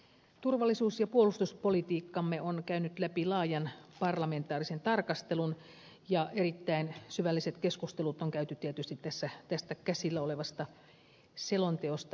turvallisuus ja puolustuspolitiikkamme on käynyt läpi laajan parlamentaarisen tarkastelun ja erittäin syvälliset keskustelut on käyty tietysti tästä käsillä olevasta selonteosta mietintöineen